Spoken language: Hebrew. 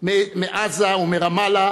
מעזה ומרמאללה,